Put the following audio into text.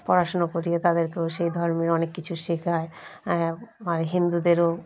পড়াশুনো করিয়ে তাদেরকেও সেই ধর্মের অনেক কিছু শেখায় আর হিন্দুদেরও